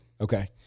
Okay